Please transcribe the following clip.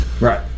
right